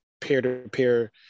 peer-to-peer